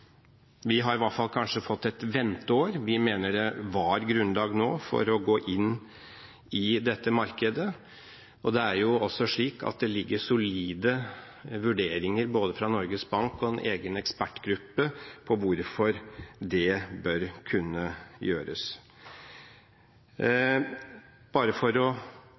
vi har kanskje fått et venteår. Vi mener det var grunnlag nå for å gå inn i dette markedet. Det er også slik at det ligger solide vurderinger fra både Norges Bank og en egen ekspertgruppe av hvorfor det bør kunne gjøres. Bare for